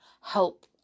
help